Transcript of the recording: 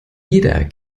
jeder